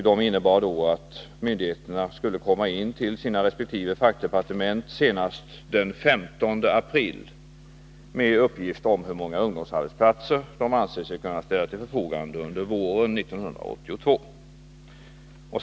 De innebar att myndigheterna senast den 15 april skulle till sina fackdepartement lämna uppgift om hur många ungdomsplatser de ansåg sig kunna ställa till förfogande under våren 1982.